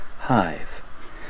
hive